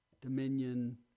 dominion